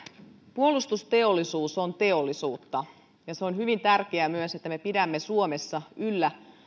puolustusteollisuus on teollisuutta ja se on hyvin tärkeä myös että me pidämme suomessa yllä